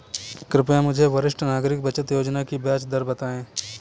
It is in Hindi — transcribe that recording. कृपया मुझे वरिष्ठ नागरिक बचत योजना की ब्याज दर बताएं